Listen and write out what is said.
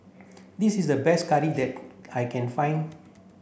this is the best curry that I can find